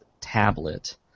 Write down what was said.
tablet